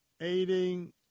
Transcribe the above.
aiding